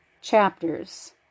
chapters